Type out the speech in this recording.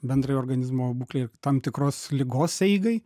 bendrai organizmo būklei ir tam tikros ligos eigai